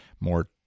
more